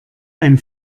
ein